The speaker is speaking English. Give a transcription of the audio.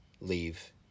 leave